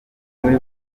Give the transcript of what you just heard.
muri